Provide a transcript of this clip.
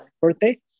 birthday